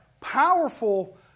powerful